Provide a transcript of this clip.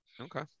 Okay